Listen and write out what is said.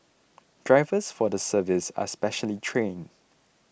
drivers for the service are specially trained